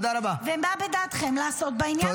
ומה בדעתכם לעשות בעניין הזה?